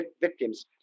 victims